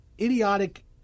idiotic